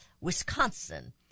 Wisconsin